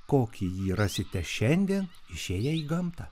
kokį jį rasite šiandien išėję į gamtą